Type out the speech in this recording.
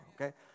okay